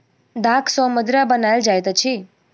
दाख सॅ मदिरा बनायल जाइत अछि